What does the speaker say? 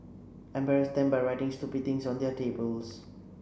embarrass them by writing stupid things on their tables